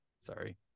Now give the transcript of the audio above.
Sorry